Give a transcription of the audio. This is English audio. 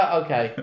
okay